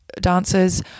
dancers